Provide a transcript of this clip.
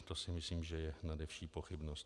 To si myslím, že je nade vši pochybnost.